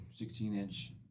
16-inch